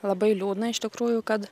labai liūdna iš tikrųjų kad